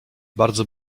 bardzo